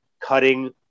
cutting